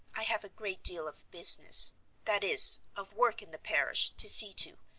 i have a great deal of business that is, of work in the parish to see to,